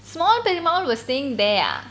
small பெரியம்மா:periyamma was staying there ah